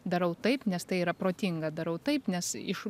darau taip nes tai yra protinga darau taip nes iš